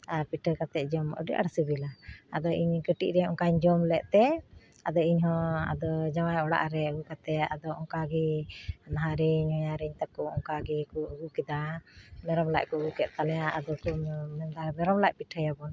ᱟᱨ ᱯᱤᱴᱷᱟᱹ ᱠᱟᱛᱮ ᱡᱚᱢ ᱟᱹᱰᱤ ᱟᱸᱴ ᱥᱤᱵᱤᱞᱟ ᱟᱫᱚ ᱤᱧ ᱠᱟᱹᱴᱤᱡ ᱨᱮ ᱚᱱᱠᱟᱧ ᱡᱚᱢ ᱞᱮᱫ ᱛᱮ ᱟᱫᱚ ᱤᱧ ᱦᱚᱸ ᱟᱫᱚ ᱡᱟᱶᱟᱭ ᱚᱲᱟᱜ ᱨᱮ ᱟᱹᱜᱩ ᱠᱟᱛᱮ ᱟᱫᱚ ᱚᱱᱠᱟ ᱜᱮ ᱞᱟᱦᱟ ᱨᱮ ᱦᱚᱧᱦᱟᱨᱤᱧ ᱛᱟᱠᱚ ᱚᱱᱠᱟ ᱜᱮᱠᱚ ᱟᱹᱜᱩ ᱠᱮᱫᱟ ᱢᱮᱨᱚᱢ ᱞᱟᱡ ᱠᱚ ᱟᱹᱜᱩ ᱠᱮᱫ ᱛᱟᱞᱮᱭᱟ ᱟᱫᱚ ᱠᱚ ᱢᱮᱱᱫᱟ ᱢᱮᱨᱚᱢ ᱞᱟᱡᱽ ᱯᱤᱴᱷᱟᱹ ᱭᱟᱵᱚᱱ